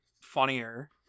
funnier